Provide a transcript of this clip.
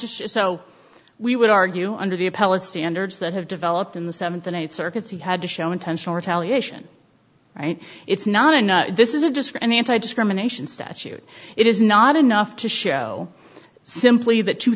just so we would argue under the appellate standards that have developed in the seventh and eighth circuits he had to show intentional retaliation right it's not and this isn't just an anti discrimination statute it is not enough to show simply that two